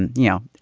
and you know,